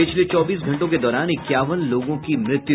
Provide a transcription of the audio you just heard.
पिछले चौबीस घंटों के दौरान इक्यावन लोगों की मृत्यु